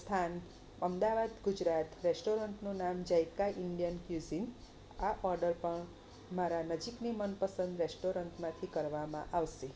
સ્થાન અમદાવાદ ગુજરાત રેસ્ટોરન્ટનું નામ જેકા ઈન્ડિયન કયુસીન આ ઓર્ડર પણ મારા નજીકની મનપસંદ રેસ્ટોરન્ટમાંથી કરવામાં આવશે